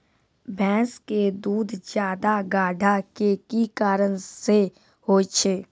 भैंस के दूध ज्यादा गाढ़ा के कि कारण से होय छै?